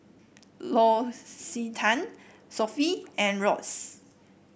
L'Occitane Sofy and Royce